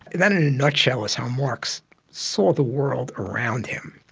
that in a nutshell is how marx saw the world around him.